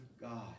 God